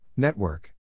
Network